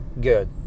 good